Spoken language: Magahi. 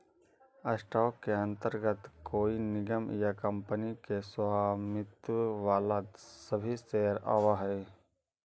स्टॉक के अंतर्गत कोई निगम या कंपनी के स्वामित्व वाला सभी शेयर आवऽ हइ